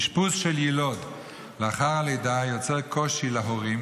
אשפוז של יילוד לאחר הלידה יוצר קושי להורים,